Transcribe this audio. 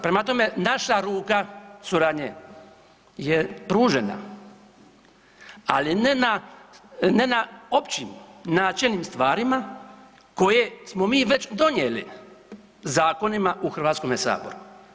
Prema tome, naša ruka suradnje je pružena, ali ne na općim načelnim stvarima koje smo mi već donijeli zakonima u Hrvatskome saboru.